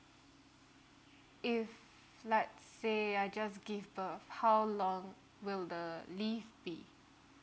if let say I just give birth how long will the leave be